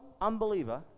unbeliever